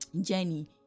journey